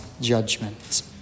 judgment